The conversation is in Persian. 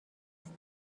است